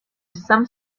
some